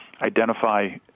identify